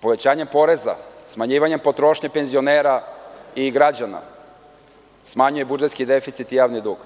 povećanjem poreza, smanjivanjem potrošnje penzionera i građana, smanjuje budžetski deficit i javni dug.